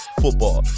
football